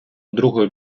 другої